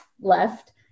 left